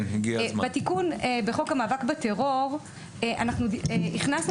בתיקון לחוק המאבק בטרור אנחנו הכנסנו